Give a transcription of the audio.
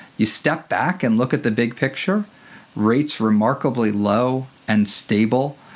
you step back and look at the big picture rates remarkably low and stable,